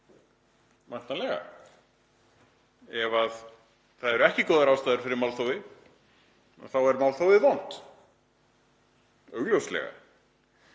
réttlætanlegt. Ef það eru ekki góðar ástæður fyrir málþófi er málþófið vont, augljóslega.